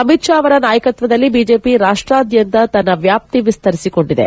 ಅಮಿತ್ ಷಾ ಅವರ ನಾಯಕತ್ವದಲ್ಲಿ ಬಿಜೆಪ ರಾಷ್ಟಾದ್ಯಂತ ತನ್ನ ವ್ಯಾಪ್ತಿ ವಿಸ್ತರಿಸಿಕೊಂಡಿದೆ